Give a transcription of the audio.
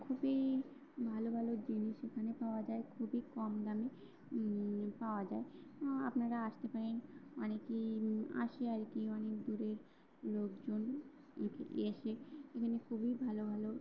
খুবই ভালো ভালো জিনিস এখানে পাওয়া যায় খুবই কম দামে পাওয়া যায় আপনারা আসতে পারেন অনেকেই আসে আর কি অনেক দূরের লোকজন এসে এখানে খুবই ভালো ভালো